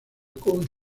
con